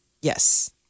Yes